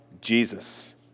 Jesus